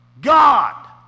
God